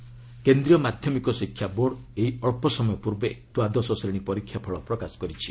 CBSE result କେନ୍ଦ୍ରୀୟ ମାଧ୍ୟମିକ ଶିକ୍ଷା ବୋର୍ଡ ଏଇ ଅଳ୍ପସମୟ ପୂର୍ବେ ଦ୍ୱାଦଶଶ୍ରେଣୀ ପରୀକ୍ଷା ଫଳ ପ୍ରକାଶ କରିଛି